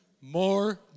more